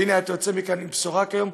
והנה, אתה יוצא מכאן עם בשורה ביום: